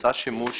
עושה שימוש